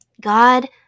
God